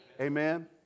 Amen